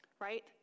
Right